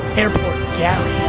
airport gary.